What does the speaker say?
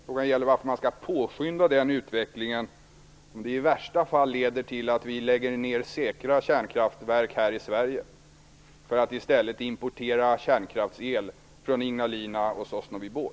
Frågan gäller varför man då skall påskynda den utvecklingen om det i värsta fall leder till att vi lägger ner säkra kärnkraftverk här i Sverige för att i stället importera kärnkraftsel från Ignalina och Sosnovy Bor.